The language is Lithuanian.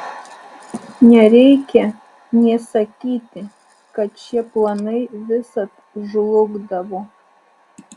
nereikia nė sakyti kad šie planai visad žlugdavo